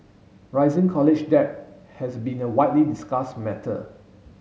rising college debt has been a widely discuss matter